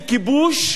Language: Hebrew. אז אומרים לך: